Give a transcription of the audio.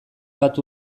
bat